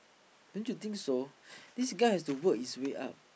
don't you think so this guy has to work his way up